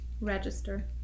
register